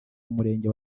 murenge